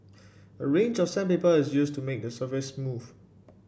a range of sandpaper is used to make the surface smooth